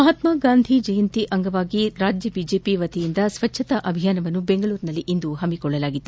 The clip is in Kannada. ಮಹಾತ್ಮಗಾಂಧಿ ಜಯಂತಿ ಅಂಗವಾಗಿ ರಾಜ್ಯ ಬಿಜೆಒ ವತಿಯಿಂದ ಸ್ವಚ್ಚತಾ ಅಭಿಯಾನವನ್ನು ಬೆಂಗಳೂರಿನಲ್ಲಿಂದು ಹಮ್ಸಿಕೊಳ್ಳಲಾಗಿತ್ತು